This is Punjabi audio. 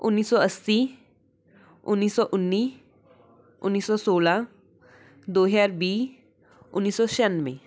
ਉੱਨੀ ਸੌ ਅੱਸੀ ਉੱਨੀ ਸੌ ਉੱਨੀ ਉੱਨੀ ਸੌ ਸੋਲਾਂ ਦੋ ਹਜ਼ਾਰ ਵੀਹ ਉੱਨੀ ਸੌ ਛਿਆਨਵੇਂ